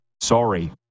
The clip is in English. Sorry